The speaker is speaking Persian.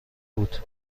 بود